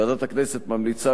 ועדת הכנסת ממליצה,